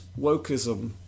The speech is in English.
wokeism